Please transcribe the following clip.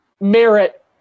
merit